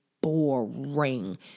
boring